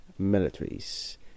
militaries